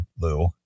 Lou